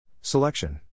Selection